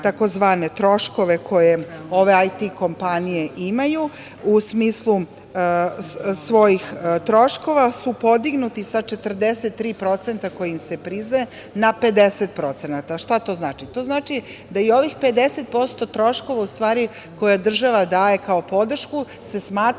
tzv. troškove koje ove IT kompanije imaju u smislu svojih troškova su podignuti sa 43% koja im se priznaju, na 50%. Šta to znači? To znači da i ovih 50% troškova, u stvari koja država daje kao podršku se smatra